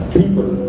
people